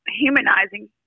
humanizing